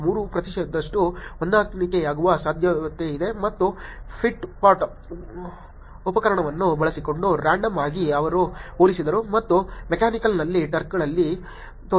3 ಪ್ರತಿಶತದಷ್ಟು ಹೊಂದಿಕೆಯಾಗುವ ಸಾಧ್ಯತೆಯಿದೆ ಮತ್ತು ಪಿಟ್ಪಾಟ್ ಉಪಕರಣವನ್ನು ಬಳಸಿಕೊಂಡು ರಾಂಡಮ್ ಆಗಿ ಅವರು ಹೋಲಿಸಿದರು ಮತ್ತು ಮೆಕ್ಯಾನಿಕಲ್ನಲ್ಲಿ ಟರ್ಕಿಗಳಲ್ಲಿ ತೋರಿಸಿದರು